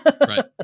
Right